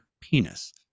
penis